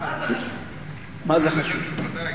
מה זה חשוב.